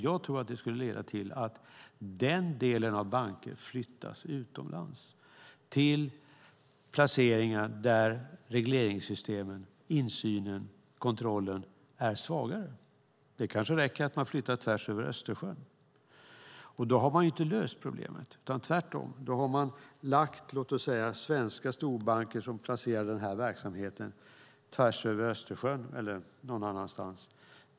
Jag tror att det skulle leda till att den delen av banker flyttas utomlands, placeringar där regleringssystemen, insynen och kontrollen är svagare. Det kanske räcker att man flyttar tvärs över Östersjön, och då har man ju inte löst problemet, tvärtom. Låt oss säga att det är svenska storbanker som placerar den här verksamheten tvärs över Östersjön eller någon annanstans.